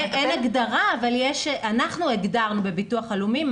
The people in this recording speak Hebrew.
אין הגדרה אבל אנחנו בביטוח לאומי הגדרנו